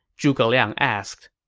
zhuge liang asked,